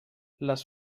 les